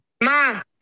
Mom